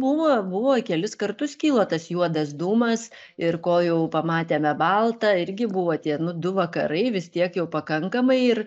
buvo buvo kelis kartus kilo tas juodas dūmas ir kol jau pamatėme baltą irgi buvo tie nu du vakarai vis tiek jau pakankamai ir